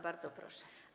Bardzo proszę.